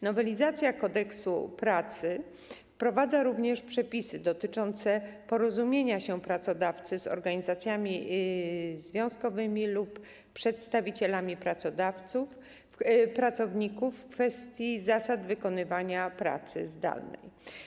Nowelizacja Kodeksu pracy wprowadza również przepisy dotyczące porozumienia się pracodawcy z organizacjami związkowymi lub przedstawicielami pracowników w kwestii zasad wykonywania pracy zdalnej.